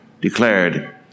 declared